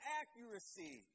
accuracy